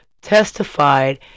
testified